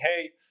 hey